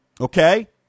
Okay